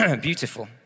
beautiful